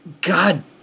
God